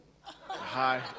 Hi